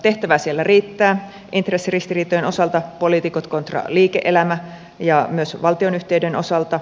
tehtävää siellä riittää intressiristiriitojen osalta poliitikot kontra liike elämä ja myös valtionyhtiöiden osalta